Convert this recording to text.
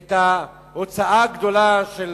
את ההוצאה הגדולה של